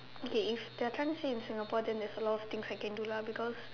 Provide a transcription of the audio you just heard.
okay if they are trying to say in Singapore then there's a lot of things I can do lah